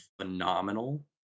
phenomenal